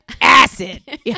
Acid